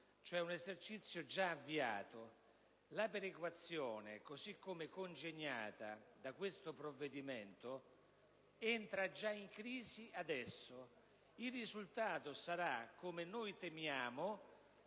2011, un esercizio già avviato. La perequazione così come consegnata da questo provvedimento, entra già in crisi adesso. Il risultato - noi temiamo